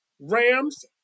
Rams